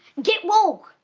get woke!